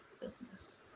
business